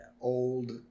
old